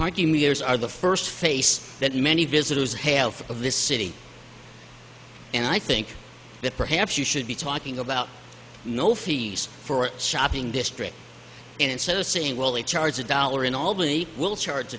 parking meters are the first face that many visitors health of this city and i think that perhaps you should be talking about no fees for a shopping district and instead of saying well they charge a dollar in albany we'll charge